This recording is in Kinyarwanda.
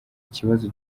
ikibazo